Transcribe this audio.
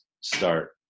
start